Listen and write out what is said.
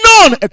none